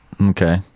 okay